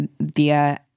via